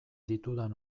ditudan